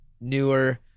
newer